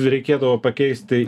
reikėdavo pakeisti